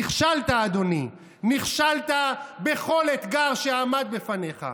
נכשלת, אדוני, נכשלת בכל אתגר שעמד בפניך.